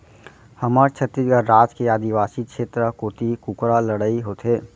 हमर छत्तीसगढ़ राज के आदिवासी छेत्र कोती कुकरा लड़ई होथे